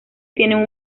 tienen